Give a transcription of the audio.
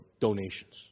donations